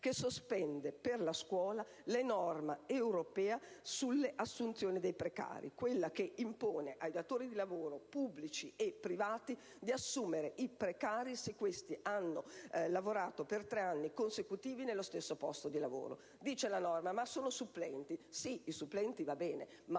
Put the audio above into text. che sospende per la scuola la norma europea sulle assunzioni dei precari, quella che impone ai datori di lavoro pubblici e privati di assumere i precari se questi hanno lavorato per tre anni consecutivi nello stesso posto di lavoro. Dice la norma: ma la scuola ha la specificità dei supplenti. È vero, ma